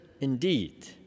indeed